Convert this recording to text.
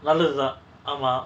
நல்லதுதா ஆமா:nallathutha aama